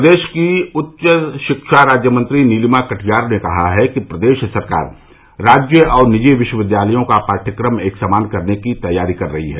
प्रदेश की उच्च शिक्षा राज्य मंत्री नीलिमा कटियार ने कहा है कि प्रदेश सरकार राज्य और निजी विश्वविद्यालयों का पाठ्यक्रम एक समान करने की तैयारी कर रही है